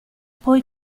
poi